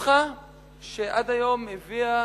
נוסחה שעד היום הביאה